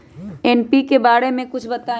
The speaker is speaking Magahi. एन.पी.के बारे म कुछ बताई?